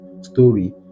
story